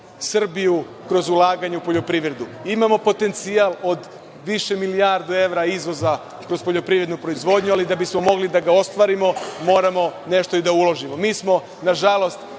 Srbiju kroz ulaganja u poljoprivredu. Imamo potencijal od više milijardi evra izvoza kroz poljoprivrednu proizvodnju, ali da bismo mogli da ga ostvarimo, moramo nešto i da uložimo. Mi smo nažalost